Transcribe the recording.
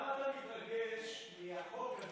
למה אתה מתרגש מהחוק הזה?